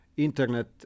internet